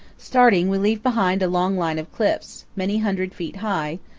starting, we leave behind a long line of cliffs, many hundred feet high,